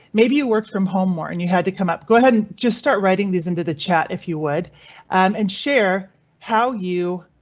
maybe it worked from home more and you had to come up. go ahead and just start writing these into the chat if you would and and share how you